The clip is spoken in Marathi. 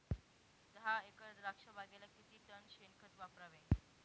दहा एकर द्राक्षबागेला किती टन शेणखत वापरावे?